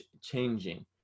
changing